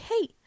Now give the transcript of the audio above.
Hey